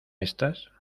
estas